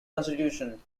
constitution